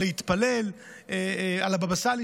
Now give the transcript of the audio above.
להתפלל על הבבא סאלי,